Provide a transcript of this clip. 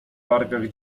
wargach